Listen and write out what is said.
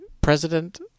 president